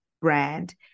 brand